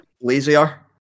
lazier